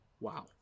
Wow